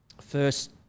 First